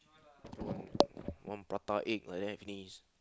one prata egg like that finish